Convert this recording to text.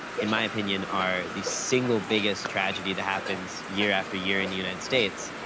in my opinion, are the single biggest tragedy that happens year after year in the united states,